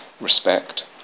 respect